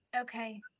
Okay